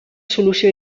solució